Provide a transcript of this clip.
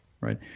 right